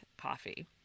coffee